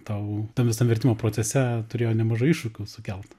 tau tam visam vertimo procese turėjo nemažai iššūkių sukelt